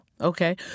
Okay